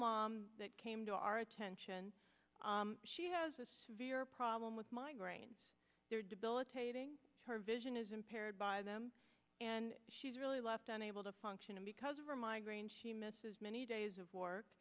mom that came to our attention she has a severe problem with migraines debilitating her vision is impaired by them and she's really left and able to function and because of her migraine she misses many days of work